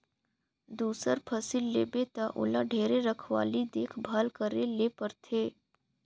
दूसर फसिल लेबे त ओला ढेरे रखवाली देख भाल करे ले परथे